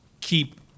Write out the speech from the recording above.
keep